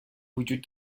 وجود